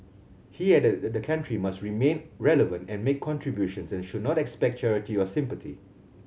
he added that the country must remain relevant and make contributions and should not expect charity or sympathy